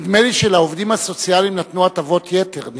נדמה לי שלעובדים הסוציאליים נתנו הטבות יתר.